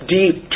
deep